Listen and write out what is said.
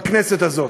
בכנסת הזאת.